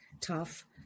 tough